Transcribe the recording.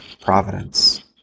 providence